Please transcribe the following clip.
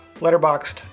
Letterboxed